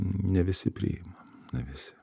ne visi priima ne visi